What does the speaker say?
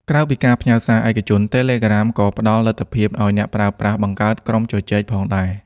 ក្រៅពីការផ្ញើសារឯកជន Telegram ក៏ផ្តល់លទ្ធភាពឲ្យអ្នកប្រើប្រាស់ បង្កើតក្រុមជជែក ផងដែរ។